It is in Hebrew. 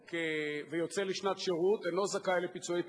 ויוצא לשנת שירות אינו זכאי לפיצויי פיטורים.